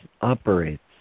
operates